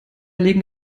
legen